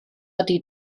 ydy